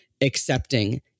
accepting